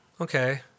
okay